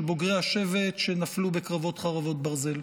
בוגרי השבט שנפלו בקרבות חרבות ברזל.